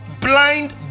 Blind